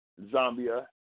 Zambia